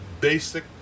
basic